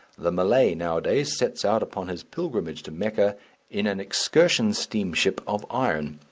the malay nowadays sets out upon his pilgrimage to mecca in an excursion steamship of iron,